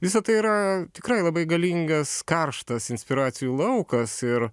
visa tai yra tikrai labai galingas karštas inspiracijų laukas ir